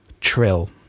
trill